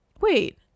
Wait